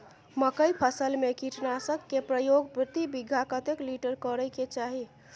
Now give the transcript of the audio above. मकई फसल में कीटनासक के प्रयोग प्रति बीघा कतेक लीटर करय के चाही?